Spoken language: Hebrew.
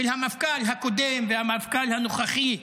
של המפכ"ל הקודם ושל המפכ"ל הנוכחי,